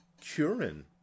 curing